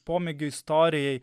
pomėgio istorijai